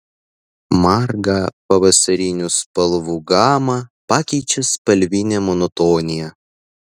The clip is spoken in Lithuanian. margą pavasarinių spalvų gamą pakeičia spalvinė monotonija